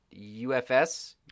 UFS